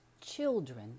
children